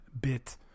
bit